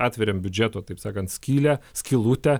atveriam biudžeto taip sakant skylę skylutę